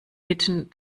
mitten